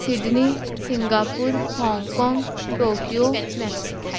Sydney Singapore Hong Kong Tokyo Mexico